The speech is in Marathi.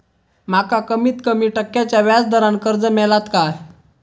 माका कमीत कमी टक्क्याच्या व्याज दरान कर्ज मेलात काय?